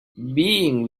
being